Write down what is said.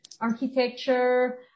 architecture